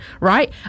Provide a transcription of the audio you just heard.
right